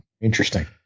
interesting